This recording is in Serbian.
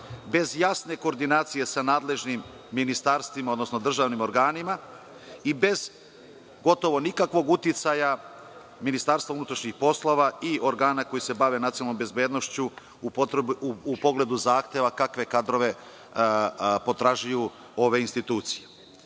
bez jasne koordinacije sa nadležnim ministarstvima, odnosno državnim organima i bez gotovo nikakvog uticaja Ministarstva unutrašnjih poslova i organa koji se bave nacionalnom bezbednošću u pogledu zahteva kakve kadrove potražuju ove institucije. Nejasno